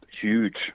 huge